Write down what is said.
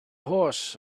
horse